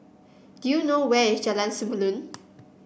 do you know where is Jalan Samulun